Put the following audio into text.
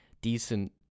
decent